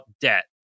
debt